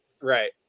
Right